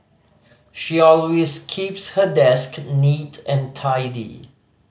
she always keeps her desk neat and tidy